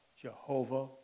Jehovah